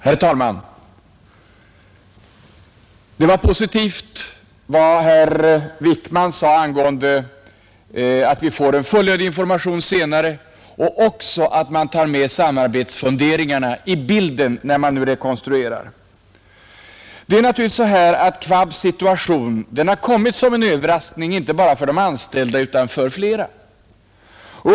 Herr talman! Det var positivt vad herr Wickman sade om att vi får en fullödig information senare och att man tar med även samarbetsfunderingarna i bilden när man rekonstruerar företaget. KVAB:s situation har naturligtvis kommit som en överraskning inte bara för de anställda utan för flera.